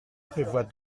prévoit